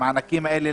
את המענקים האלה,